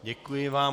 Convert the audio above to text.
Děkuji vám.